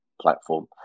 platform